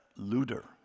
luder